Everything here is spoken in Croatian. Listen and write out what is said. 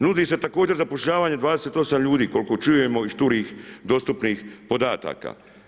Nudi se također zapošljavanje 28 ljudi, koliko čujemo iz šturih, dostupnih podataka.